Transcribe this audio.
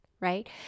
right